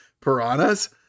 piranhas